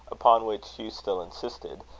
upon which hugh still insisted,